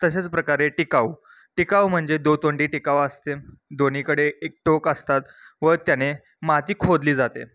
तशाच प्रकारे टिकाव टिकाव म्हणजे दुतोंडी टिकाव असते दोन्हीकडे एक टोक असतात व त्याने माती खोदली जाते